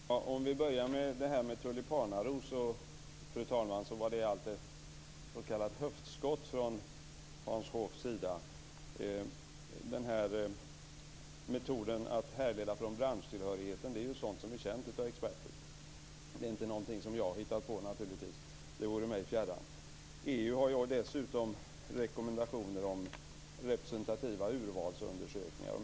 Fru talman! Om vi börjar med uttrycket tulipanaros vill jag påstå att det allt var ett höftskott från Hans Hoffs sida. Metoden att härleda från branschtillhörighet är känd av experterna, det är naturligtvis inte någonting som jag har hittat på. Det vore mig fjärran. EU har dessutom rekommendationer om representativa urvalsundersökningar.